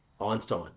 Einstein